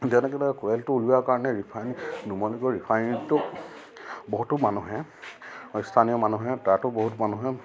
যেনেদৰে অইলটো উলিওৱাৰ কাৰণে ৰিফাইন নুমলীগড় ৰিফাইনটো বহুতো মানুহে স্থানীয় মানুহে তাতো বহুত মানুহে